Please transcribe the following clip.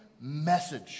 message